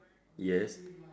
yes